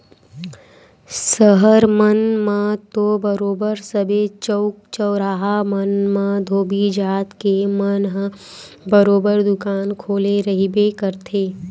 सहर मन म तो बरोबर सबे चउक चउराहा मन म धोबी जात के मन ह बरोबर दुकान खोले रहिबे करथे